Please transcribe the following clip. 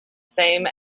same